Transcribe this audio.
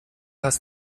hast